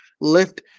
lift